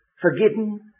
forgiven